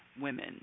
women